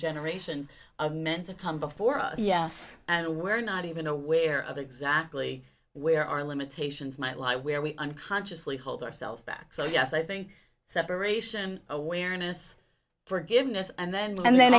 generations of men have come before us yes and we're not even aware of exactly where our limitations might lie where we unconsciously hold ourselves back so yes i think separation awareness forgiveness and then and then